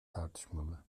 tartışmalı